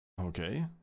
okay